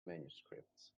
manuscripts